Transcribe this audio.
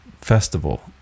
festival